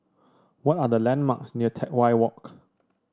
what are the landmarks near Teck Whye Walk